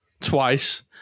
twice